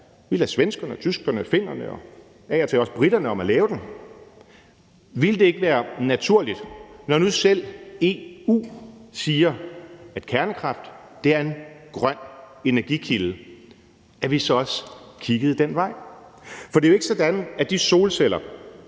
Ville det ikke være naturligt, når nu selv EU siger, at kernekraft er en grøn energikilde, at vi så også kiggede den vej? For det er jo ikke sådan, at de solcelleanlæg,